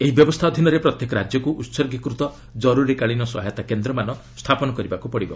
ଏହି ବ୍ୟବସ୍ଥା ଅଧୀନରେ ପ୍ରତ୍ୟେକ ରାଜ୍ୟକୁ ଉତ୍ଗୀକୃତ କରୁରୀକାଳୀନ ସହାୟତା କେନ୍ଦ୍ରମାନ ସ୍ଥାପନ କରିବାକୁ ହେବ